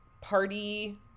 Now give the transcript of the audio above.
party